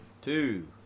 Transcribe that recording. Two